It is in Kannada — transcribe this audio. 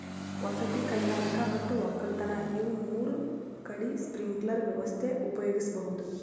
ವಸತಿ ಕೈಗಾರಿಕಾ ಮತ್ ವಕ್ಕಲತನ್ ಇವ್ ಮೂರ್ ಕಡಿ ಸ್ಪ್ರಿಂಕ್ಲರ್ ವ್ಯವಸ್ಥೆ ಉಪಯೋಗಿಸ್ಬಹುದ್